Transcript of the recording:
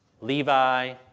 Levi